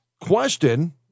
question